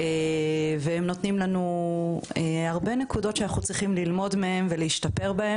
הם נותנים לנו נקודות רבות בהן אנחנו צריכים ללמוד מהם ולהשתפר.